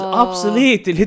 obsolete